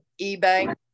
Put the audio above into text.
eBay